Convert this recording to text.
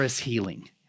healing